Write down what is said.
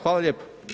Hvala lijepo.